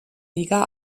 liga